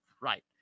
Right